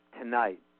tonight